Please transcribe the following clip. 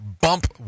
Bump